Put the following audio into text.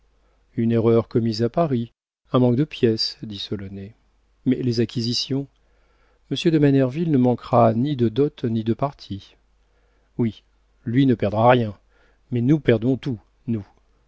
une erreur commise à paris un manque de pièces dit solonet mais les acquisitions monsieur de manerville ne manquera ni de dots ni de partis oui lui ne perdra rien mais nous perdons tout nous